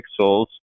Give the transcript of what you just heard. pixels